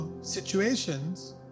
situations